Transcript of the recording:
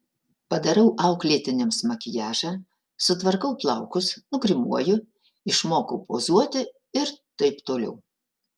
padarau auklėtiniams makiažą sutvarkau plaukus nugrimuoju išmokau pozuoti ir taip toliau